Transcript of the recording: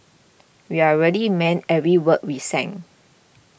we're really meant every word we sang